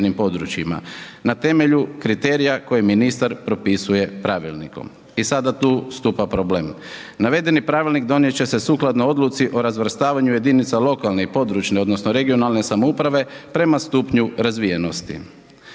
na temelju kriterija koje ministar propisuje pravilnikom. I sada tu stupa problem. Navedeni pravilnik donijet će se sukladno odluci o razvrstavanju jedinica lokalne i područne odnosno regionalne samouprave prema stupnju razvijenosti.